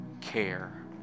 care